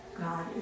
God